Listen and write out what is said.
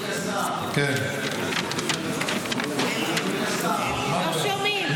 לא שומעים.